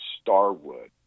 Starwood